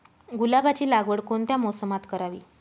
गुलाबाची लागवड कोणत्या मोसमात करावी?